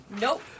Nope